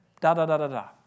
da-da-da-da-da